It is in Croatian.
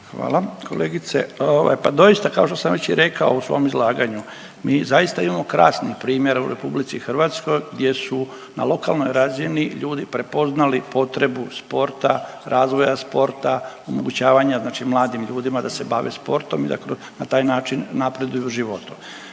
Hvala kolegice. Pa doista kao što sam već i rekao u svom izlaganju mi zaista imamo krasnih primjera u RH gdje su na lokalnoj razini ljudi prepoznali potrebu sporta, razvoja sporta omogućavanja mladim ljudima da se bave sportom i da na taj način napreduju u životu.